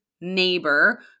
neighbor